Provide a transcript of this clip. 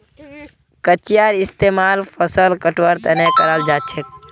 कचियार इस्तेमाल फसल कटवार तने कराल जाछेक